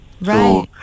Right